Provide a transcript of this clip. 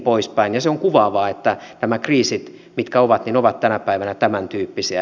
on kuvaavaa että nämä kriisit ovat tänä päivänä tämän tyyppisiä